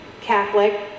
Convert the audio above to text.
Catholic